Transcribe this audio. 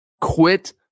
quit